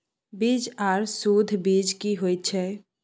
बीज आर सुध बीज की होय छै?